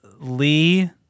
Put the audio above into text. Lee